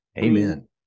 Amen